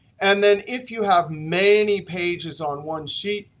and then if you have many pages on one sheet,